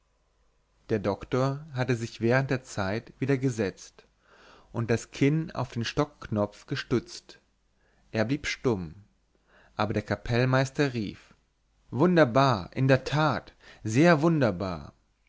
der doktor hatte sich während der zeit wieder gesetzt und das kinn auf den stockknopf gestützt er blieb stumm aber der kapellmeister rief wunderbar in der tat sehr wunderbar